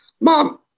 mom –